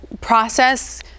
process